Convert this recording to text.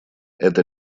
эта